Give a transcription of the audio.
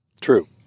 true